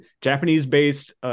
Japanese-based